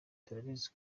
turabizi